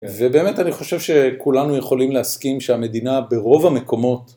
ובאמת אני חושב שכולנו יכולים להסכים שהמדינה ברוב המקומות